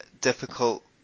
difficult